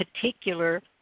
particular